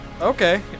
Okay